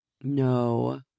no